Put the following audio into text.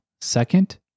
Second